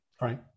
right